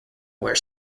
where